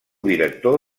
director